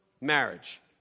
marriage